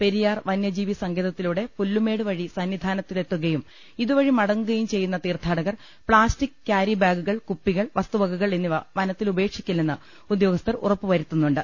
പെരിയാർ വന്യജീവി സങ്കേതത്തിലൂടെ പുല്ലുമേടു വഴി സന്നിധാനത്തി ലെത്തുകയും ഇതു വഴി മടങ്ങുകയും ചെയ്യുന്ന തീർത്ഥാടകർ പ്ലാസ്റ്റിക്ക് കാരിബാഗുകൾ കുപ്പികൾ വസ്തുവകകൾ എന്നിവ വനത്തിൽ ഉപേക്ഷിക്കില്ലെന്ന് ഉദ്യോഗസ്ഥർ ഉറപ്പുവരുത്തുന്നുണ്ട്